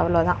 அவ்வளோ தான்